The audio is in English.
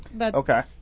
Okay